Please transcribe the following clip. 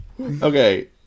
Okay